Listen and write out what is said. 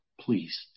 please